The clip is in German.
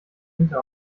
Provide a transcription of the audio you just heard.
winter